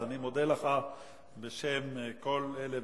אז אני מודה לך בשם כל הכנסת,